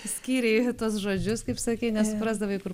skyrei tuos žodžius kaip sakei nesuprasdavai kur